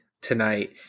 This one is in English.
tonight